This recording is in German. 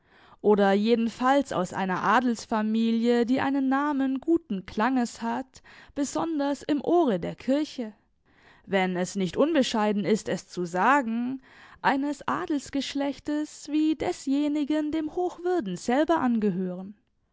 oder jedenfalls aus einer adelsfamilie die einen namen guten klanges hat besonders im ohre der kirche wenn es nicht unbescheiden ist es zu sagen eines adelsgeschlechtes wie desjenigen dem hochwürden selber angehören